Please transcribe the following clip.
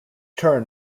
turn